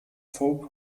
folk